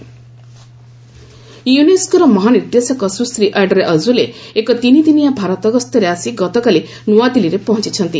UNESCO India ୟୁନେସ୍କୋର ମହାନିର୍ଦ୍ଦେଶକ Sushri Audrey ଅକ୍ତୁଲେ ଏକ ତିନିଦିନିଆ ଭାରତ ଗସ୍ତରେ ଆସି ଗତକାଲି ନୁଆଦିଲ୍ଲୀରେ ପହଞ୍ଚୁଛନ୍ତି